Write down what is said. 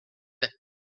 that